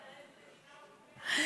שיגידו לנו על איזו מדינה הוא דיבר.